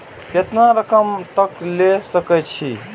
केतना रकम तक ले सके छै?